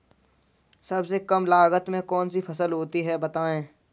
सबसे कम लागत में कौन सी फसल होती है बताएँ?